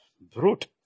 Brute